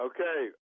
Okay